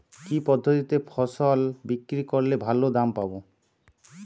কি পদ্ধতিতে ফসল বিক্রি করলে ভালো দাম পাব?